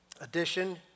Addition